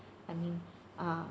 I mean uh